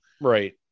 right